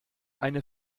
eine